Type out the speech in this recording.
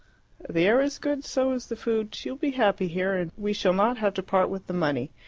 the air is good, so is the food she will be happy here, and we shall not have to part with the money.